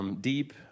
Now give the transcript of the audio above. Deep